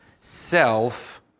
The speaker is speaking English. self